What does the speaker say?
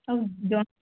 ଆଉ